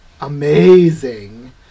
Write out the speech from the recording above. amazing